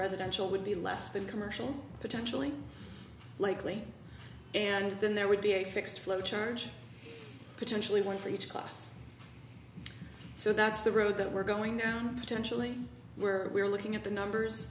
residential would be less than commercial potentially likely and then there would be a fixed flow charge potentially one for each class so that's the road that we're going down to actually where we're looking at the numbers